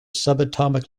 subatomic